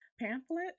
Pamphlet